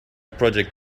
project